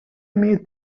имеет